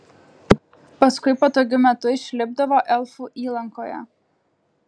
paskui patogiu metu išlipdavo elfų įlankoje